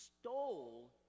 stole